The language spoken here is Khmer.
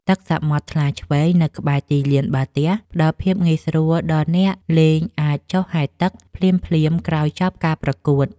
ទឹកសមុទ្រថ្លាឈ្វេងនៅក្បែរទីលានបាល់ទះ ផ្ដល់ភាពងាយស្រួលដល់អ្នកលេងអាចចុះហែលទឹកភ្លាមៗក្រោយចប់ការប្រកួត។